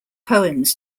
poems